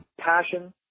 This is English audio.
passion